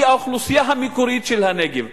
היא האוכלוסייה המקורית של הנגב.